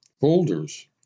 folders